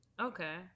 Okay